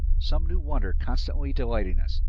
some new wonder constantly delighting us.